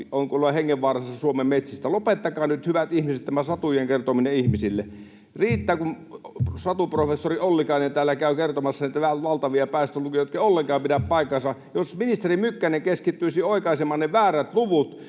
on kuulemma hengenvaarassa. Lopettakaa nyt, hyvät ihmiset, tämä satujen kertominen ihmisille. Riittää, kun satuprofessori Ollikainen täällä käy kertomassa näitä valtavia päästölukuja, jotka eivät ollenkaan pidä paikkaansa. Jos ministeri Mykkänen keskittyisi oikaisemaan ne väärät luvut,